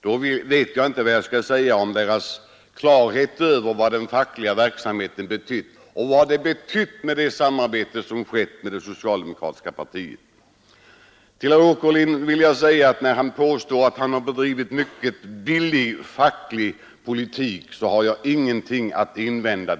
Då vet jag inte vad jag skall säga när det gäller deras klarhet över vad den fackliga verksamheten betytt och vad det samarbete inneburit som har skett med det socialdemokratiska partiet. Till herr Åkerlind vill jag säga, att när han påstår att han har bedrivit mycket billig facklig politik, så har jag ingenting att invända.